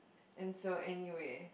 and so anyway